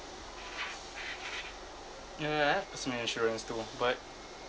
ya ya I have personal insurance too but